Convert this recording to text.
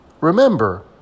remember